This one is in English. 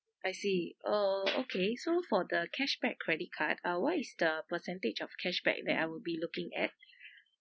I see uh okay so for the cashback credit card uh what is the percentage of cashback that I will be looking at